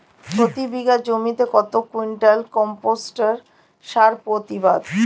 প্রতি বিঘা জমিতে কত কুইন্টাল কম্পোস্ট সার প্রতিবাদ?